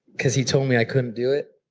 because he told me i couldn't do it.